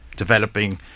developing